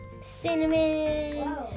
cinnamon